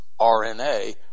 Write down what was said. RNA